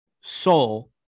Soul